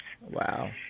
Wow